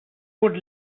would